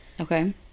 Okay